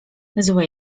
zły